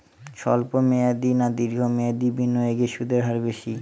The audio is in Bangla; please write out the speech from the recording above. স্বল্প মেয়াদী না দীর্ঘ মেয়াদী বিনিয়োগে সুদের হার বেশী?